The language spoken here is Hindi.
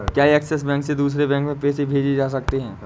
क्या ऐक्सिस बैंक से दूसरे बैंक में पैसे भेजे जा सकता हैं?